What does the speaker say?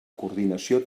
coordinació